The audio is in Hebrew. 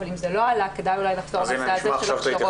אבל אם זה לא עלה כדאי אולי לחזור לנושא הזה של הכשרות.